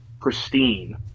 Pristine